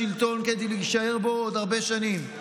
לשלטון כדי להישאר בו עוד הרבה שנים,